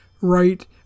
right